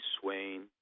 swain